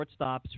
shortstops